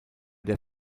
der